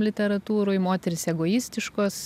literatūroj moterys egoistiškos